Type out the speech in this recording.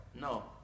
No